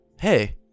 hey